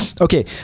okay